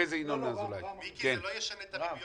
זה נכון או לא נכון?